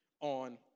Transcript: on